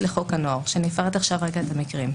סוציאלי לחוק הנוער ואני אפרט עכשיו את המקרים.